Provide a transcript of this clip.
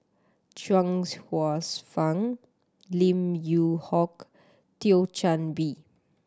Chuang Hsueh Fang Lim Yew Hock Thio Chan Bee